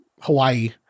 Hawaii